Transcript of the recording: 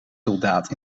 soldaat